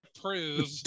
prove